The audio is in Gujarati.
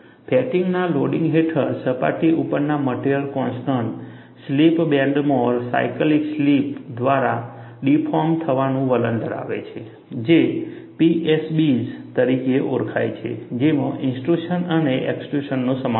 ફેટિગના લોડિંગ હેઠળ સપાટી ઉપરના મટેરીઅલ કોન્સ્ટન્ટ સ્લિપ બેન્ડ્સમાં સાયકલીય સ્લિપ દ્વારા ડિફોર્મ્ડ થવાનું વલણ ધરાવે છે જે PSBs તરીકે ઓળખાય છે જેમાં ઇન્ટ્રુશન અને એક્સ્ટ્રુશનનો સમાવેશ થાય છે